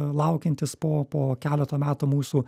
laukiantis po po keleto metų mūsų